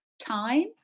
Time